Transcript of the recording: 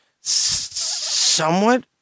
somewhat